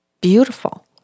beautiful